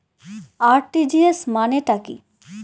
RTGS মানে টা কি?